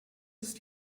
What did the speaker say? ist